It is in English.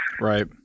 Right